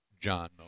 John